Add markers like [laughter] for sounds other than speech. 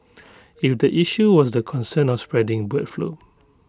[noise] if the issue was the concern of spreading bird flu